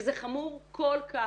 וזה חמור כל כך